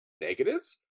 negatives